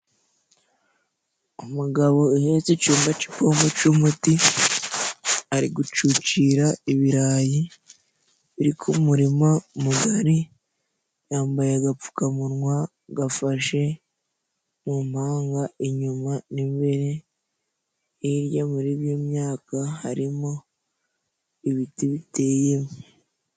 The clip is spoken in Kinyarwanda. Umugabo uhetse icuma c'ipombo c'umuti, ari gucucira ibirayi ku muririma mugari. Yambaye agapfukamunwa gafashe mu impanga, inyuma n'imbere. Hirya muri iyi myaka harimo ibiti biteye.